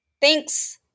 Thanks